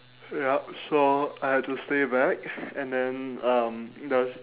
yup so I had to stay back and then um the